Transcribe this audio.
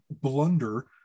blunder